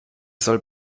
soll